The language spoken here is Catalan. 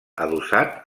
adossat